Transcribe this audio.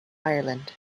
ireland